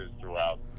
throughout